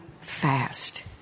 fast